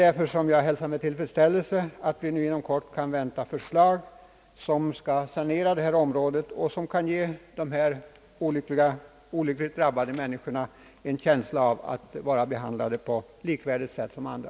Därför hälsar jag med tillfredsställelse att vi nu inom kort kan vänta förslag som skall sanera detta område och som kan ge dessa olyckligt drabbade människor en känsla av att vara behandlade på likvärdigt sätt som andra.